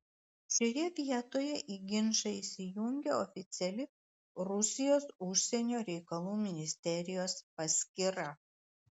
šioje vietoje į ginčą įsijungė oficiali rusijos užsienio reikalų ministerijos paskyra